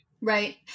Right